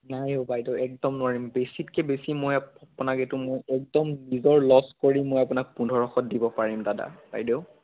নাই অ' বাইদেউ একদম নোৱাৰিম বেছিতকৈ বেছি মই আপোনাক এইটো মোৰ একদম নিজৰ লচ কৰি মই আপোনাক পোন্ধৰশত দিব পাৰিম দাদা বাইদেউ